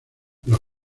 los